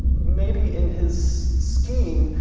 maybe in his scheme,